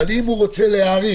אבל אם הוא רוצה להאריך,